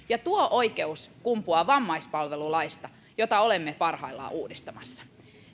ja tuo oikeus kumpuaa vammaispalvelulaista jota olemme parhaillaan uudistamassa